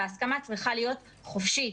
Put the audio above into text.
וההסכמה צריכה להיות חופשית.